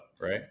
right